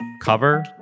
cover